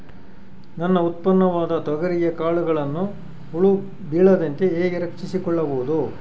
ನನ್ನ ಉತ್ಪನ್ನವಾದ ತೊಗರಿಯ ಕಾಳುಗಳನ್ನು ಹುಳ ಬೇಳದಂತೆ ಹೇಗೆ ರಕ್ಷಿಸಿಕೊಳ್ಳಬಹುದು?